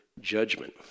Judgment